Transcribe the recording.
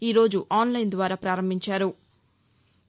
ఈ రోజు ఆన్లైన్ ద్వారా ప్రారంభించారు